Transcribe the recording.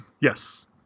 Yes